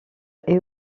haye